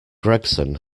gregson